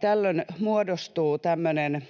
Tällöin muodostuu tämmöinen